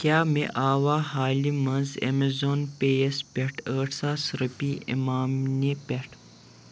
کیٛاہ مےٚ آوا حالہِ منٛز اَیمازان پے یَس پٮ۪ٹھ ٲٹھ ساس رۄپیہِ اِمام نہِ پٮ۪ٹھ